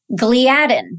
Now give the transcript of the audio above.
gliadin